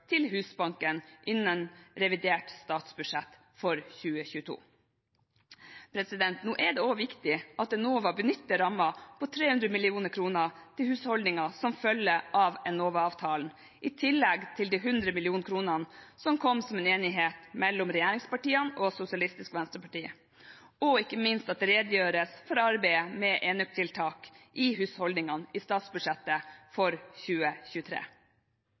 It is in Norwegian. til Husbanken innen revidert statsbudsjett for 2022. Nå er det også viktig at Enova benytter rammen på 300 mill. kr til husholdningene som følge av Enova-avtalen, i tillegg til de 100 mill. kr som kom som en enighet mellom regjeringspartiene og Sosialistisk Venstreparti, og ikke minst at det redegjøres for arbeidet med enøktiltak i husholdningene i statsbudsjettet for 2023.